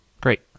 great